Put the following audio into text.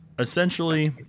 Essentially